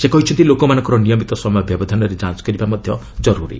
ସେ କହିଛନ୍ତି ଲୋକମାନଙ୍କର ନିୟମିତ ସମୟ ବ୍ୟବଧାନରେ ଯାଞ୍ କରିବା ମଧ୍ୟ ଜରୁରୀ